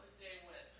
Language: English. day went.